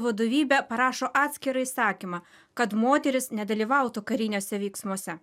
vadovybė parašo atskirą įsakymą kad moterys nedalyvautų kariniuose veiksmuose